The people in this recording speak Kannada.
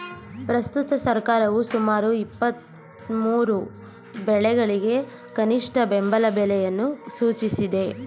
ಪ್ರಸ್ತುತ ಸರ್ಕಾರವು ಸುಮಾರು ಇಪ್ಪತ್ಮೂರು ಬೆಳೆಗಳಿಗೆ ಕನಿಷ್ಠ ಬೆಂಬಲ ಬೆಲೆಯನ್ನು ಸೂಚಿಸಿದೆ